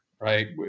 right